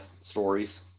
stories